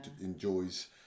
enjoys